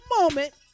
moment